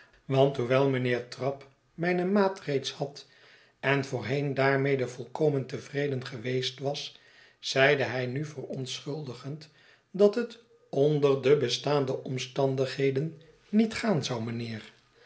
want hoewel mijnheer trabb mijne maat reeds had en voorheen daarmede volkomen tevreden geweest was zeide hij nu verontschuldigend dat het onder de bestaande omstandigheden niet gaan zou